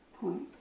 point